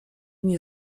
nie